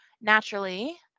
naturally